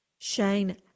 Shane